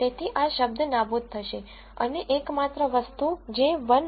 તેથી આ શબ્દ નાબૂદ થશે અને એકમાત્ર વસ્તુ જે 1 - p of x છે